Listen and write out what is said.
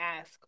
ask